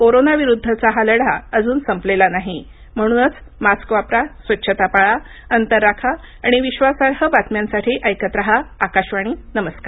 corona विरुद्धचा हा लढा आपल्याला जिंकायचा आहे म्हणूनच मास्क वापरा स्वच्छता पाळा अंतर राखा आणि विश्वासार्ह बातम्यांसाठी ऐकत रहा आकाशवाणी नमस्कार